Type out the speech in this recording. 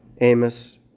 Amos